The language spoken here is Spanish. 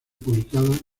publicadas